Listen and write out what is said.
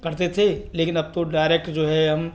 करते थे लेकिन अब तो डायरेक्ट जो है हम